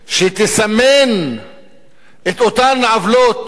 שתסמן את אותן עוולות,